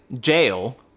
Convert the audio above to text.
Jail